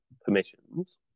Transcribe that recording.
permissions